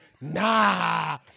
Nah